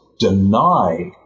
deny